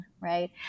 Right